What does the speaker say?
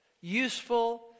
Useful